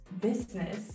business